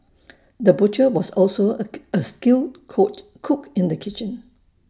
the butcher was also A A skilled caught cook in the kitchen